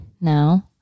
No